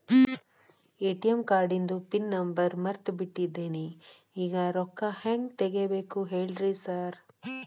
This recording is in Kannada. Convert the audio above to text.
ಎ.ಟಿ.ಎಂ ಕಾರ್ಡಿಂದು ಪಿನ್ ನಂಬರ್ ಮರ್ತ್ ಬಿಟ್ಟಿದೇನಿ ಈಗ ರೊಕ್ಕಾ ಹೆಂಗ್ ತೆಗೆಬೇಕು ಹೇಳ್ರಿ ಸಾರ್